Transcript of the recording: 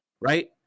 Right